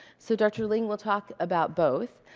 so, dr. ling will talk about both.